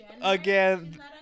again